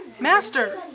Master